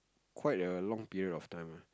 quit a long period of time ah